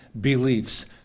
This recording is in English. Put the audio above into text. beliefs